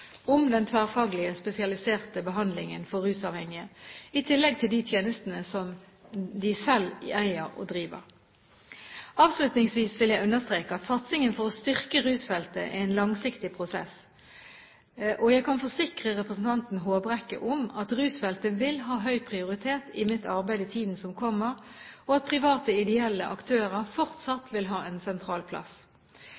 om den tverrfaglige spesialiserte behandlingen for rusmiddelavhengige – i tillegg til de tjenestene som de selv eier og driver. Avslutningsvis vil jeg understreke at satsingen for å styrke rusfeltet er en langsiktig prosess. Jeg kan forsikre representanten Håbrekke om at rusfeltet vil ha høy prioritet i mitt arbeid i tiden som kommer, og at private ideelle aktører